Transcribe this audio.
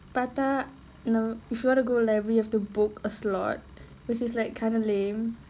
பாத்தா:paathaa if you want to go library you have to book a slot which is like kind of lame